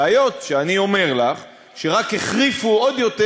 בעיות שאני אומר לך שרק החריפו עוד יותר